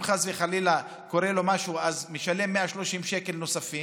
שאם חס וחלילה קורה לו משהו אז משלם 130 שקל נוספים,